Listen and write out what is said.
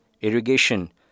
irrigation